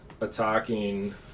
Attacking